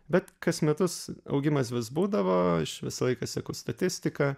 bet kas metus augimas vis būdavo aš visą laiką seku statistiką